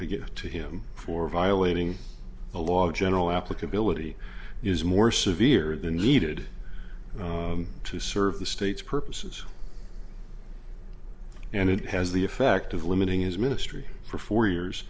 to get to him for violating a law general applicability is more severe than needed to serve the state's purposes and it has the effect of limiting his ministry for four years